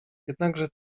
jednakże